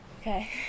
Okay